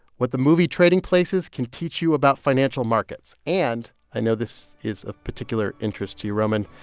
what the movie trading places can teach you about financial markets. and, i know this is of particular interest to you roman,